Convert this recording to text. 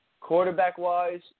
Quarterback-wise